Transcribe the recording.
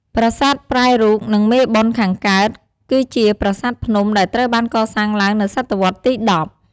ប្រាសាទប្រែរូប និងមេបុណ្យខាងកើត គឺជាប្រាសាទភ្នំ ដែលត្រូវបានកសាងឡើងនៅសតវត្សរ៍ទី ១០។